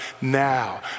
Now